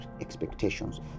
expectations